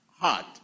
Heart